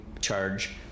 charge